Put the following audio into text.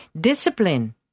Discipline